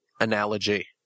analogy